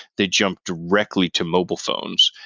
they jumped directly to mobile phones,